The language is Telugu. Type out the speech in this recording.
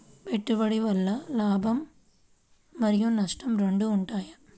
పెట్టుబడి వల్ల లాభం మరియు నష్టం రెండు ఉంటాయా?